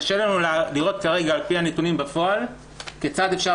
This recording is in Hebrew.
קשה לנו לראות כרגע על פי הנתונים בפועל כיצד אפשר